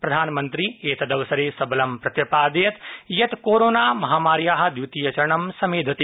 प्रधामन्त्री एतदवसरे सबल प्रत्यापदयत् यत् कोरोना महामार्या द्वितीयं चरणं समेधते